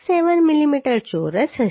67 millimetre ચોરસ હશે